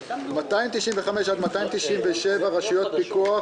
רוויזיה על פניות מס' 261 263 רשויות פיקוח,